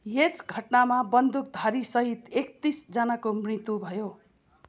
यस घटनामा बन्दुकधारीसहित एकतिसजनाको मृत्यु भयो